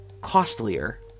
costlier